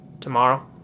tomorrow